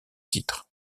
titres